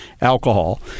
alcohol